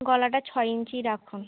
গলাটা ছয় ইঞ্চি রাখুন